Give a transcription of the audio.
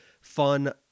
fun